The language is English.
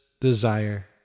desire